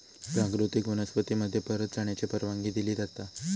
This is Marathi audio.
प्राकृतिक वनस्पती मध्ये परत जाण्याची परवानगी दिली जाता